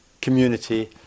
community